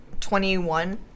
21